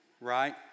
right